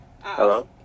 hello